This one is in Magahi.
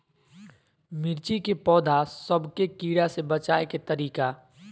मिर्ची के पौधा सब के कीड़ा से बचाय के तरीका?